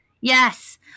Yes